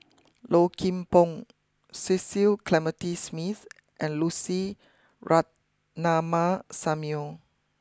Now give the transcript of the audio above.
Low Kim Pong Cecil Clementi Smith and Lucy Ratnammah Samuel